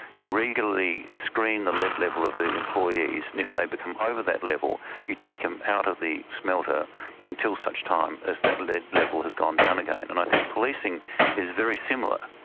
you regularly screen the lead level of the employees, and if they become over that level you take them out of the smelter until such time as that lead level has gone down again. and i think policing is very similar.